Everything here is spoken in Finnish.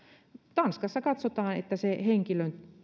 tanskassa katsotaan että se henkilön